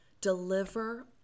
deliver